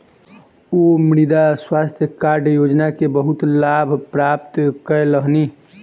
ओ मृदा स्वास्थ्य कार्ड योजना के बहुत लाभ प्राप्त कयलह्नि